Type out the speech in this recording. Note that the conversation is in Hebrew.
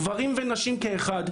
גברים ונשים כאחד,